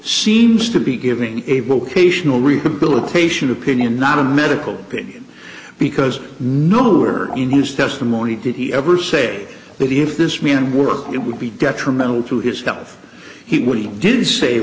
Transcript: seems to be giving a vocational rehabilitation opinion not a medical opinion because nowhere in whose testimony did he ever say that if this man were it would be detrimental to his health he would he did say